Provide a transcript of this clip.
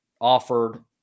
offered